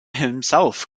himself